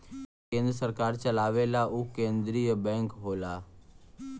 केन्द्र सरकार चलावेला उ केन्द्रिय बैंक होला